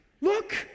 look